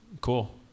Cool